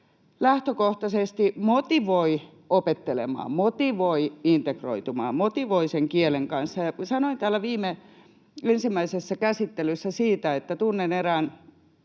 lähtökohtaisesti motivoi opettelemaan, motivoi integroitumaan ja motivoi kielen kanssa. Sanoin täällä ensimmäisessä käsittelyssä siitä, että tunnen erään